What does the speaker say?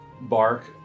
bark